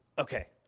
okay,